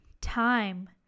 time